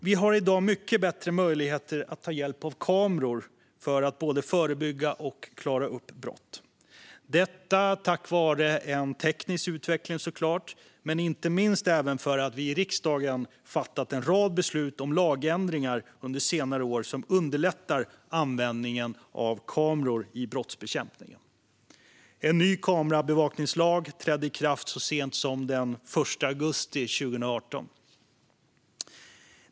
Vi har i dag mycket bättre möjligheter att ta hjälp av kameror för att både förebygga och klara upp brott - detta såklart tack vare en teknisk utveckling, men inte minst för att vi i riksdagen under senare år fattat en rad beslut om lagändringar som underlättat användningen av kameror i brottsbekämpningen. En ny kamerabevakningslag trädde i kraft så sent som den 1 augusti 2018.